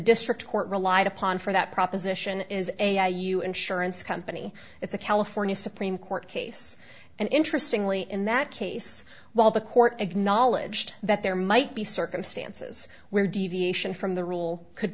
district court relied upon for that proposition is a are you insurance company it's a california supreme court case and interesting lee in that case while the court acknowledged that there might be circumstances where deviation from the rule could